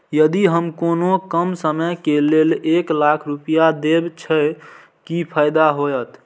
यदि हम कोनो कम समय के लेल एक लाख रुपए देब छै कि फायदा होयत?